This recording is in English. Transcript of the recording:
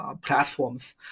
platforms